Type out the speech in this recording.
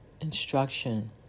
instruction